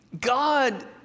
God